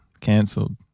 Cancelled